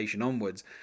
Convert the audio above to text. onwards